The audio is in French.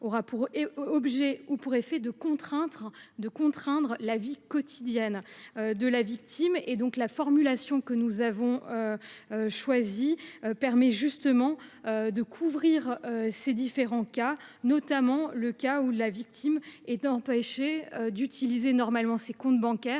aura pour objet ou pour effet de « contraindre la vie quotidienne de la victime ». La formulation que nous avons choisie permet de couvrir ces différents cas, notamment celui où la victime est empêchée d’utiliser normalement ses comptes bancaires,